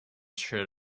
shirt